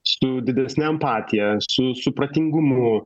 su didesne empatija su supratingumu